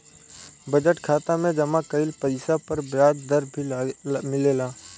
budget खाता में जमा कइल पइसा पर ब्याज दर भी मिलेला